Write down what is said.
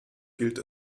gilt